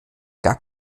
gar